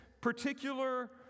particular